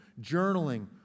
Journaling